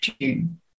June